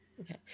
Okay